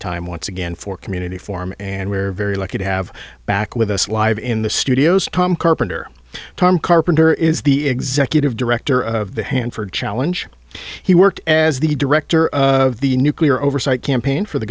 time once again for community form and we're very lucky to have back with us live in the studios tom carpenter tom carpenter is the executive director of the hanford challenge he worked as the director of the nuclear oversight